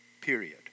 Period